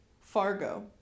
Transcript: Fargo